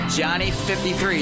johnny53